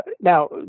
now